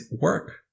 work